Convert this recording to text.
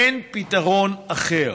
אין פתרון אחר.